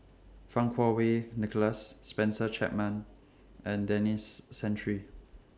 Fang Kuo Wei Nicholas Spencer Chapman and Denis Santry